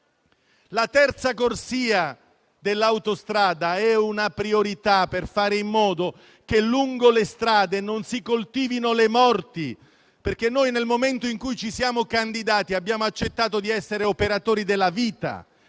La terza corsia dell'autostrada è una priorità per fare in modo che lungo le strade non si coltivino le morti, perché nel momento in cui ci siamo candidati abbiamo accettato di essere operatori della vita,